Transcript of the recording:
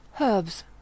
Herbs